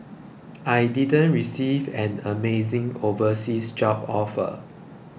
I didn't receive an amazing overseas job offer